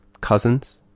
Cousins